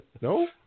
No